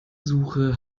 suche